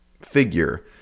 figure